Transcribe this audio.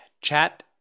Chat